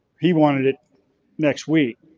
he wanted it next week.